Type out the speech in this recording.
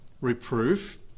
reproof